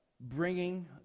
bringing